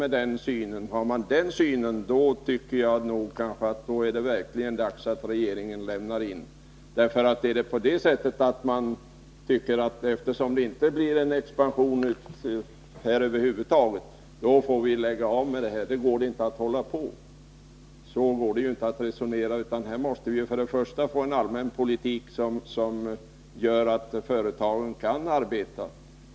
Har regeringen den synen är det verkligen dags för den att lämna in. Man tycker alltså att eftersom det inte sker någon expansion, går det inte att fortsätta med stödet. Så kan man inte resonera. Här måste vi först och främst få till stånd en allmän politik som gör att företagen kan arbeta.